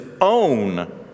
own